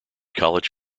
college